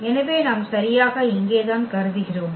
எனவே நாம் சரியாக இங்கே தான் கருதுகிறோம்